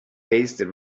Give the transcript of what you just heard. tasted